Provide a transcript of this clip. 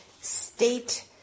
state